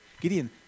Gideon